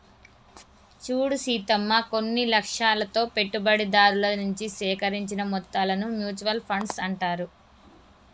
చూడు సీతమ్మ కొన్ని లక్ష్యాలతో పెట్టుబడిదారుల నుంచి సేకరించిన మొత్తాలను మ్యూచువల్ ఫండ్స్ అంటారు